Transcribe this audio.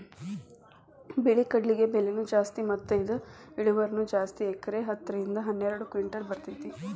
ಬಿಳಿ ಕಡ್ಲಿಗೆ ಬೆಲೆನೂ ಜಾಸ್ತಿ ಮತ್ತ ಇದ ಇಳುವರಿನೂ ಜಾಸ್ತಿ ಎಕರೆಕ ಹತ್ತ ರಿಂದ ಹನ್ನೆರಡು ಕಿಂಟಲ್ ಬರ್ತೈತಿ